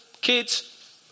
kids